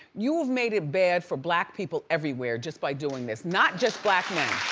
you have made it bad for black people everywhere just by doing this. not just black men.